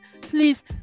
please